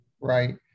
right